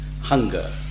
hunger